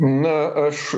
na aš